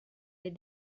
des